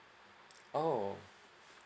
oh